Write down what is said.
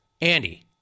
Andy